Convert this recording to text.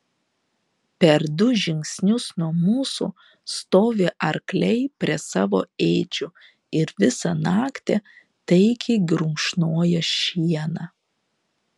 per du žingsnius nuo mūsų stovi arkliai prie savo ėdžių ir visą naktį taikiai grumšnoja šieną